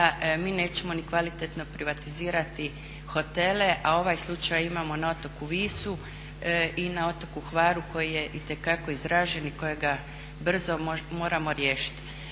mi nećemo ni kvalitetno privatizirati hotele. A ovaj slučaj imamo na otoku Visu i na otoku Hvaru koji je itekako izražen i kojega brzo moramo riješiti.